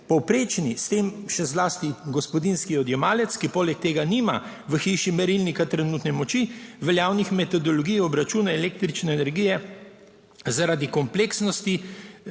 Povprečni, s tem še zlasti gospodinjski odjemalec, ki poleg tega nima v hiši merilnika trenutne moči, veljavnih metodologij obračuna električne energije zaradi kompleksnosti